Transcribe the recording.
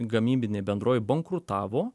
gamybinė bendrovė bankrutavo